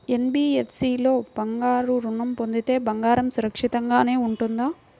NBFC లో బంగారు ఋణం పొందితే బంగారం సురక్షితంగానే ఉంటుందా?